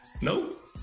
Nope